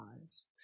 lives